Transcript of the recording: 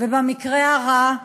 במקרה הרע,